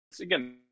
again